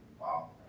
Wow